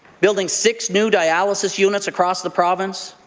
building six new dialysis units across the province,